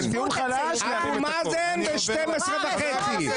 תוציאו אותו בבקשה.